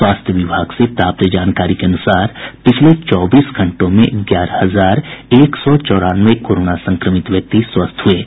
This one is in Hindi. स्वास्थ्य विभाग से प्राप्त जानकारी के अनुसार पिछले चौबीस घंटों में ग्यारह हजार एक सौ चौरानवे कोरोना संक्रमित व्यक्ति स्वस्थ हुए हैं